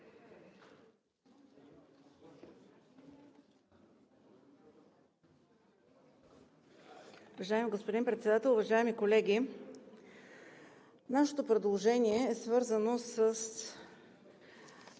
Уважаеми господин Председател, уважаеми колеги! Нашето предложение е свързано с